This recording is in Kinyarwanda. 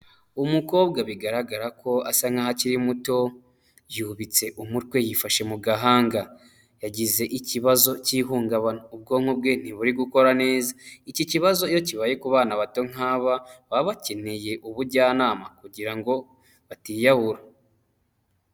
Umukobwa bigaragara ko asa nk’aho akiri muto, yubitse umutwe, yifashe mu gahanga, yagize ikibazo cy'ihungabana ubwonko bwe ntiburi gukora neza. Iki kibazo iyo kibaye ku bana bato nk’aba, baba bakeneye ubujyanama kugira ngo batiyahura.